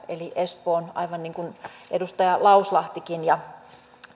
eli espoon kuntapäättäjä aivan kuten edustaja lauslahtikin ja